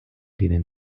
denen